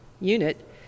unit